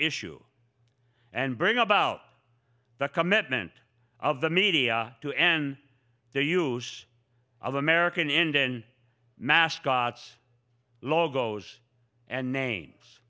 issue and bring about the commitment of the media to end the use of american indian mascots logos and names